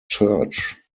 church